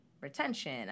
retention